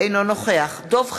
אינו נוכח דב חנין,